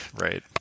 right